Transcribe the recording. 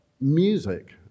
music